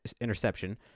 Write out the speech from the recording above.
interception